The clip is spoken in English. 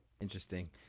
Interesting